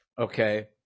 okay